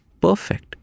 perfect